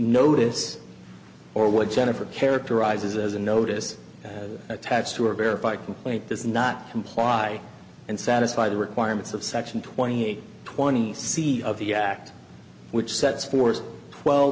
notice or what jennifer characterizes as a notice attached to a verify complaint does not comply and satisfy the requirements of section twenty eight twenty c of the act which sets forth twelve